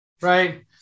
right